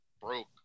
broke